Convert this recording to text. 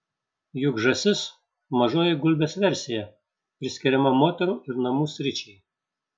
juk žąsis mažoji gulbės versija priskiriama moterų ir namų sričiai